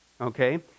Okay